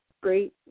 great